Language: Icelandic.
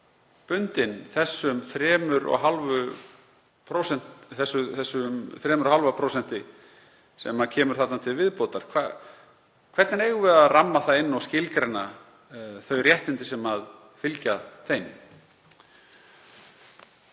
bundin þessum 3,5% sem koma þarna til viðbótar. Hvernig eigum við að ramma það inn og skilgreina þau réttindi sem fylgja þeim?